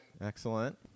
Excellent